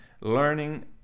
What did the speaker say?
learning